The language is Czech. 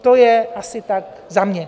To je asi tak za mě.